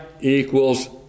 equals